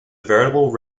veritable